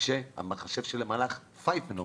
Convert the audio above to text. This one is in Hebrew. שהמחשב שלהם הלך פייפן?